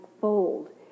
fold